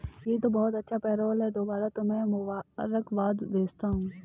यह तो बहुत अच्छा पेरोल है दोबारा तुम्हें मुबारकबाद भेजता हूं